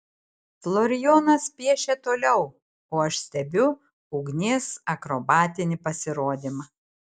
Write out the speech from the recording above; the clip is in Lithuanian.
florijonas piešia toliau o aš stebiu ugnies akrobatinį pasirodymą